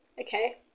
Okay